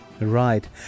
Right